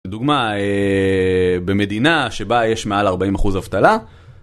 דוגמא במדינה שבה יש מעל 40% אבטלה